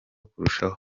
kurushaho